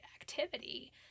activity